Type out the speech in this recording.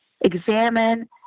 Examine